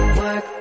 work